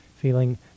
feeling